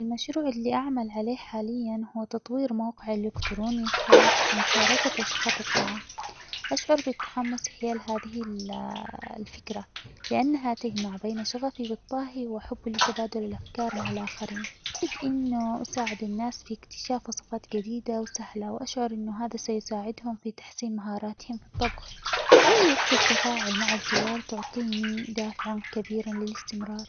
المشروع اللي أعمل عليه حاليًا هو تطوير موقع إلكتروني خاص بمشاركة وصفات الطعام أشعر بالتحمس حيال هذه الفكرة؛ لأنها تجمع بين شغفي بالطهي ،وحبي لتبادل الأفكار مع الآخرين، إذ إنه أساعد الناس في اكتشاف وصفات جديدة وسهلة وأشعر إنه هذا سيساعدهم في تحسين مهاراتهم في الطبخ، رؤية التفاعل مع الزوار تعطيني دافعًا كبيرًا للاستمرار.